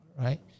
Right